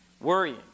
Worrying